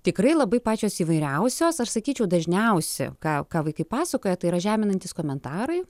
tikrai labai pačios įvairiausios aš sakyčiau dažniausi ką ką vaikai pasakoja tai yra žeminantys komentarai